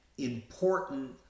important